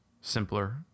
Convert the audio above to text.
simpler